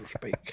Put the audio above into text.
speak